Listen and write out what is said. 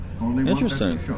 Interesting